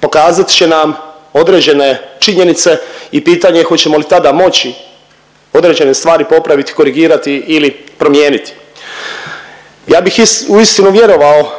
pokazat će nam određene činjenice i pitanje je hoćemo li tada moći određene stvari popraviti, korigirati ili promijeniti. Ja bih uistinu vjerovao